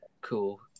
cool